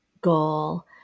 goal